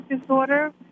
disorder